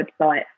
website